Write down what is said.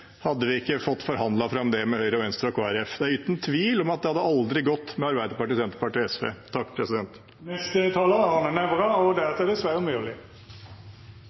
hadde vi ikke forhandlet fram det med Høyre, Venstre og Kristelig Folkeparti. Det er liten tvil om at det aldri hadde gått med Arbeiderpartiet, Senterpartiet og SV. Jeg beklager at jeg forlenger debatten lite grann – det er